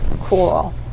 Cool